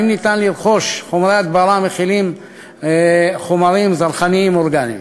האם ניתן לרכוש חומרי הדברה המכילים זרחנים אורגניים: